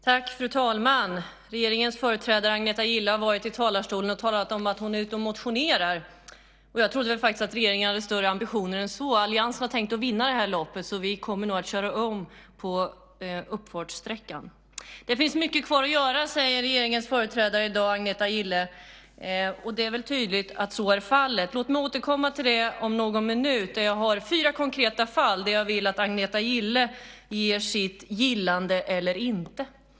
Fru talman! Regeringens företrädare Agneta Gille har varit i talarstolen och talat om att hon är ute och motionerar. Jag trodde att regeringen hade större ambitioner än så. Alliansen har tänkt vinna det här loppet, så vi kommer nog att köra om på uppfartssträckan. Det finns mycket kvar att göra, säger regeringens företrädare i dag, Agneta Gille, och det är väl tydligt att så är fallet. Låt mig återkomma till det om någon minut. Jag har fyra konkreta fall där jag vill att Agneta Gille ger sitt gillande eller inte.